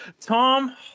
Tom